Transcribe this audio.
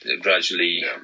gradually